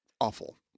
Awful